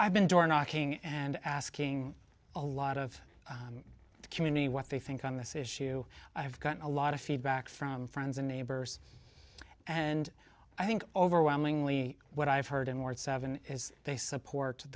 i've been door knocking and asking a lot of the community what they think on this issue i've gotten a lot of feedback from friends and neighbors and i think overwhelmingly what i've heard in word seven is they support